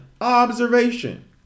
observation